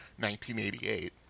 1988